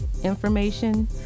information